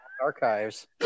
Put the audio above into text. archives